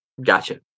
gotcha